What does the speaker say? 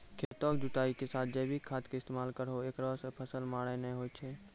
खेतों के जुताई के साथ जैविक खाद के इस्तेमाल करहो ऐकरा से फसल मार नैय होय छै?